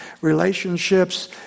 relationships